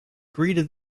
greeted